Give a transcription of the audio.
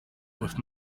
with